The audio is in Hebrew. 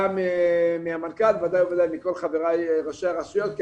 גם מהמנכ"ל ובוודאי מכל חבריי ראשי הרשויות כי